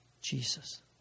Jesus